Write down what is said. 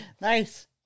Nice